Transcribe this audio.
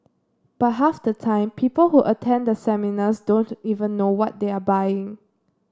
but half the time people who attend the seminars don't even know what they are buying